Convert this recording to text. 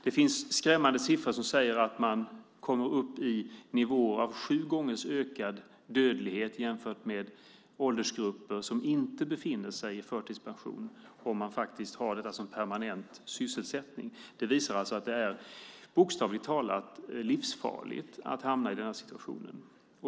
Det finns skrämmande siffror som säger att man kommer upp i en nivå av sju gånger ökad dödlighet, jämfört med motsvarande åldersgrupper som inte befinner sig i förtidspensionen, om man faktiskt har det som permanent sysselsättning. Det visar alltså att det är bokstavligt talat livsfarligt att hamna i den situationen.